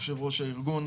יושב-ראש הארגון,